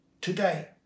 today